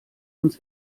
uns